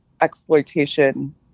exploitation